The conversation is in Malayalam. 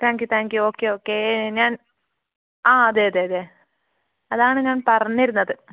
thank you thank you okay okay ഞാൻ ആ അതെ അതെ അതെ അത് ആണ് ഞാൻ പറഞ്ഞ് ഇരുന്നത്